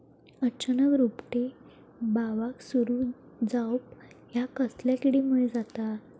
अचानक रोपटे बावाक सुरू जवाप हया कसल्या किडीमुळे जाता?